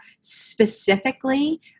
specifically